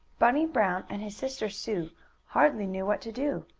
bunny brown and his sister sue hardly knew what to do.